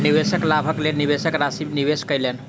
निवेशक लाभक लेल निवेश राशि निवेश कयलैन